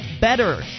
better